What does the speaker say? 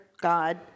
God